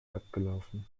abgelaufen